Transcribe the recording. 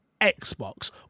Xbox